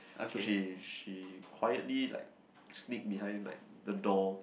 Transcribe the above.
so she she quietly like sneak behind like the door